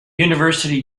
university